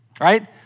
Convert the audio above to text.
right